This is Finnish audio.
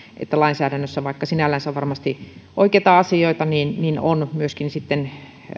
vaikka lainsäädännössä sinällänsä varmasti on oikeita asioita niin niin on myöskin